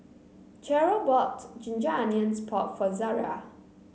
Cherrelle bought Ginger Onions Pork for Zaria